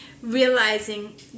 realizing